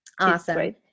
Awesome